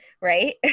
right